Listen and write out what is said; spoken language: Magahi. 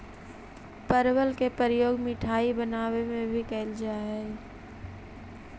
परवल के प्रयोग मिठाई बनावे में भी कैल जा हइ